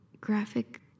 graphic